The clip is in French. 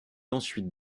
ensuite